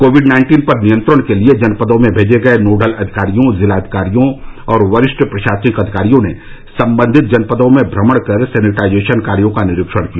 Covid nineteen पर नियंत्रण के लिए जनपदों में भेजे गए नोडल अधिकारियों जिलाधिकारियों और वरिष्ठ प्रशासनिक अधिकारियों ने सम्बंधित जनपदों में भ्रमण कर सैनिटाइजेशन कार्यों का निरीक्षण किया